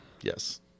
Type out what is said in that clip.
yes